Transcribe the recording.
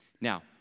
Now